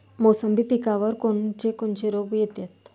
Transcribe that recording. मोसंबी पिकावर कोन कोनचे रोग येतात?